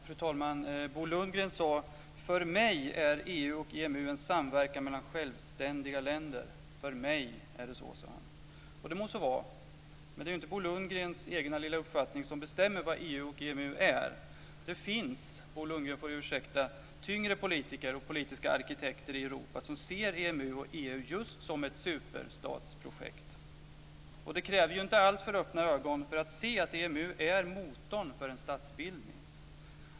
Fru talman! Bo Lundgren sade: För mig är EU och EMU en samverkan mellan självständiga länder. För mig är det så, sade han. Det må så vara. Men det är inte Bo Lundgrens egna lilla uppfattning som bestämmer vad EU och EMU är. Det finns, Bo Lundgren får ursäkta, tyngre politiker och politiska arkitekter i Europa som ser EMU och EU just som ett superstatsprojekt. Det kräver inte alltför öppna ögon för att se att EMU är motorn för en statsbildning.